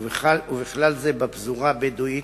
ובכלל זה בפזורה הבדואית,